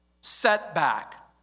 setback